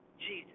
Jesus